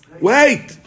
Wait